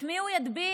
את מי הוא ידביק?